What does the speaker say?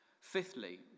Fifthly